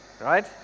right